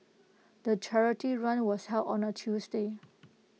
the charity run was held on A Tuesday